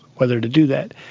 whether to do that,